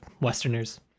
Westerners